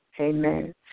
Amen